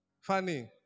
funny